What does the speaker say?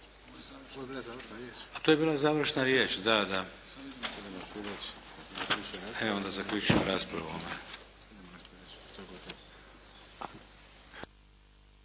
To je bila završna riječ, da. Evo da zaključim raspravu